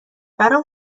برام